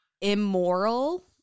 immoral